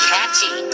Catchy